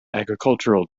agricultural